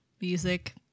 music